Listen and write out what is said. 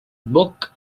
book